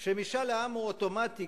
כשמשאל העם הוא אוטומטי,